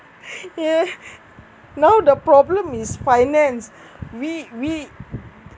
yeah now the problem is finance we we